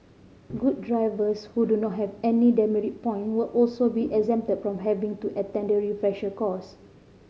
good drivers who do not have any demerit point will also be exempted from having to attend the refresher course